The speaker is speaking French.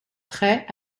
traits